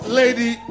lady